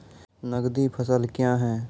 नगदी फसल क्या हैं?